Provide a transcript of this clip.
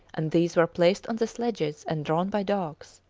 and these were placed on the sledges and drawn by dogs.